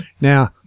Now